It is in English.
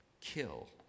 kill